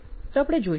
તો આપણે જોઈશું